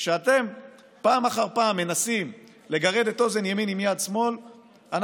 כשאתם פעם אחר פעם מנסים לגרד את אוזן ימין עם יד שמאל אנחנו